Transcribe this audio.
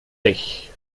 dich